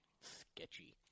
Sketchy